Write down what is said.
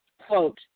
quote